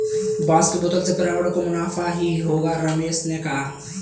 बांस के बोतल से पर्यावरण को मुनाफा ही होगा रमेश ने कहा